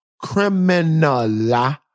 criminal